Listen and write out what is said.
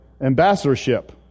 ambassadorship